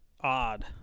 odd